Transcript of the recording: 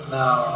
now